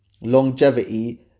longevity